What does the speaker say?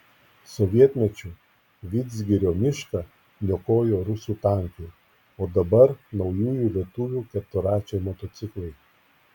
sovietmečiu vidzgirio mišką niokojo rusų tankai o dabar naujųjų lietuvių keturračiai motociklai